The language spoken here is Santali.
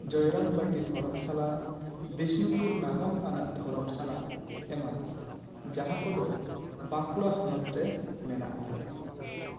ᱡᱚᱭᱨᱟᱢ ᱵᱟᱹᱴᱤ ᱫᱷᱚᱨᱚᱢ ᱥᱟᱞᱟ ᱵᱤᱥᱱᱩᱯᱩᱨ ᱱᱟᱜᱟᱢ ᱟᱱᱟᱜ ᱫᱷᱚᱨᱚᱢ ᱥᱟᱞᱟ ᱮᱢᱟᱱ ᱡᱟᱦᱟᱸ ᱠᱚᱫᱚ ᱵᱟᱸᱠᱩᱲᱟ ᱦᱚᱱᱚᱛ ᱨᱮ ᱢᱮᱱᱟᱜ ᱟᱠᱟᱫᱟ